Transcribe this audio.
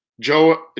Joe